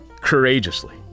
courageously